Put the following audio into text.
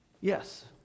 Yes